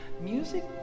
Music